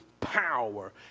power